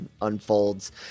unfolds